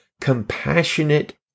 compassionate